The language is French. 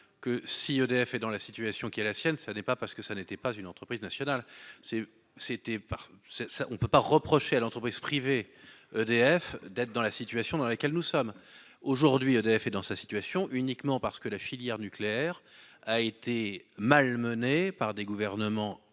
que si EDF est dans la situation qui est la sienne, ça n'est pas parce que ça n'était pas une entreprise nationale c'est c'était par. C'est ça, on ne peut pas reprocher à l'entreprise privée EDF d'être dans la situation dans laquelle nous sommes aujourd'hui EDF et dans sa situation uniquement parce que la filière nucléaire a été malmené par des gouvernements